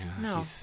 No